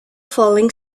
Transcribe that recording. falling